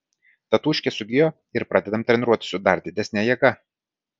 tatūškė sugijo ir pradedam treniruotis su dar didesne jėga